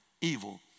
Evil